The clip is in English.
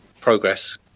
progress